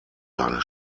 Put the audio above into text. seine